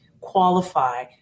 qualify